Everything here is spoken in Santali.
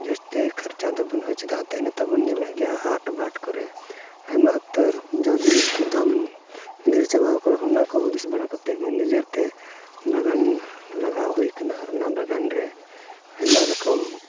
ᱡᱟᱹᱥᱛᱤ ᱠᱷᱚᱨᱪᱟ ᱫᱚ ᱵᱟᱹᱱᱩᱜᱼᱟ ᱪᱮᱫᱟᱜ ᱮᱱᱛᱮᱫ ᱱᱤᱛᱚᱜ ᱵᱚᱱ ᱧᱮᱞᱮᱫ ᱜᱮᱭᱟ ᱦᱟᱴ ᱵᱟᱴ ᱠᱚᱨᱮ ᱟᱭᱢᱟ ᱩᱛᱟᱹᱨ ᱡᱚ ᱡᱤᱱᱤᱥ ᱠᱚ ᱫᱟᱢ ᱰᱷᱮᱨ ᱪᱟᱵᱟᱣ ᱠᱟᱱᱟ ᱚᱱᱟ ᱠᱚ ᱦᱩᱫᱤᱥ ᱵᱟᱲᱟ ᱠᱟᱛᱮᱫ ᱜᱮ ᱱᱤᱡᱮ ᱛᱮ ᱵᱟᱜᱟᱱ ᱞᱟᱜᱟᱣ ᱦᱩᱭ ᱠᱟᱱᱟ ᱟᱨ ᱚᱱᱟ ᱵᱟᱜᱟᱱ ᱨᱮ ᱟᱭᱢᱟ ᱨᱚᱠᱚᱢ